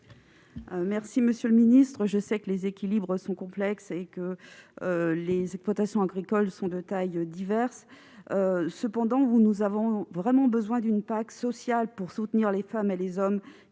Monsieur le ministre, je sais que les équilibres sont complexes et que les exploitations agricoles ont des tailles diverses. Pour autant, nous avons absolument besoin d'une PAC sociale, pour soutenir les femmes et les hommes